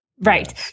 right